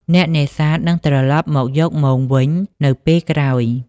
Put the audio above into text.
អ្នកនេសាទនឹងត្រឡប់មកយកមងវិញនៅពេលក្រោយ។